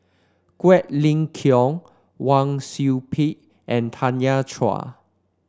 Quek Ling Kiong Wang Sui Pick and Tanya Chua